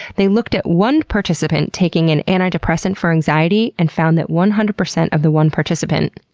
they looked at one participant taking an antidepressant for anxiety, and found that one hundred percent of the one participant,